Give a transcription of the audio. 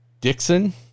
Dixon